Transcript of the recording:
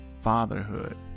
fatherhood